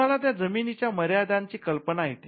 तुम्हाला त्या जमीनीच्या मर्यादांची कल्पना येते